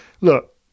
look